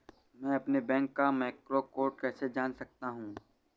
मैं अपने बैंक का मैक्रो कोड कैसे जान सकता हूँ?